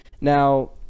Now